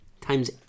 times